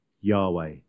Yahweh